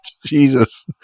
Jesus